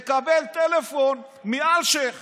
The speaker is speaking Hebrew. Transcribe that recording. הוא מקבל טלפון מאלשיך